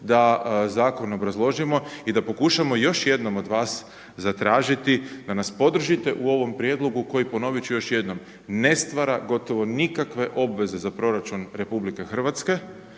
da zakon obrazložimo i da pokušamo još jednom od vas zatražiti da nas podržite u ovom prijedlogu koji ponoviti ću još jednom ne stvara gotovo nikakve obveze za proračun RH a